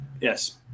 Yes